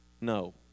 No